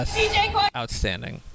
outstanding